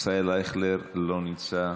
ישראל אייכלר, לא נמצא,